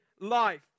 life